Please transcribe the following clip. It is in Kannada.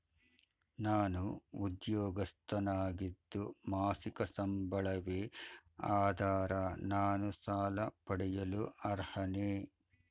ನಾನು ಉದ್ಯೋಗಸ್ಥನಾಗಿದ್ದು ಮಾಸಿಕ ಸಂಬಳವೇ ಆಧಾರ ನಾನು ಸಾಲ ಪಡೆಯಲು ಅರ್ಹನೇ?